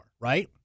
right